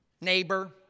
neighbor